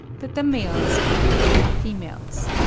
that the males come before the females.